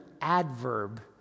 adverb